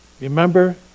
Remember